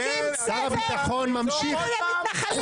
הוא הקים צוות נגד המתנחלים.